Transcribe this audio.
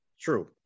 True